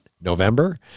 November